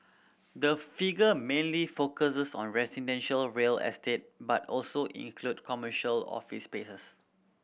the figure mainly focuses on residential real estate but also include commercial office spaces